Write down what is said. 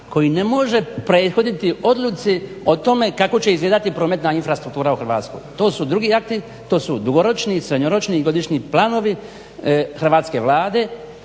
koji ne može prethoditi odluci o tome kako će izgledati prometna infrastruktura u Hrvatskoj. To su drugi akti, to su dugoročniji i srednjoročniji godišnji planovi hrvatske Vlade